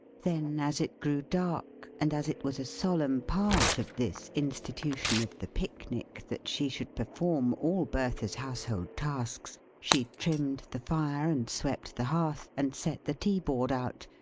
then, as it grew dark, and as it was a solemn part of this institution of the pic-nic that she should perform all bertha's household tasks, she trimmed the fire, and swept the hearth, and set the tea-board out,